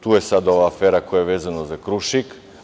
Tu je sad ova afera koja je vezana za „Krušik“